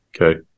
okay